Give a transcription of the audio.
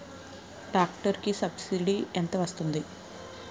Tractor కి subsidy ఎంత వస్తుంది?